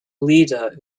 leader